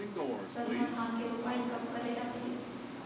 सरना धान के रोपाई कब करे जाथे?